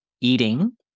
eating